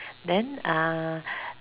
then uh